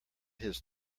his